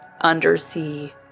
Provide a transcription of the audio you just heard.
undersea